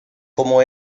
cómo